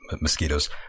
mosquitoes